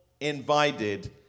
invited